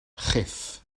chyff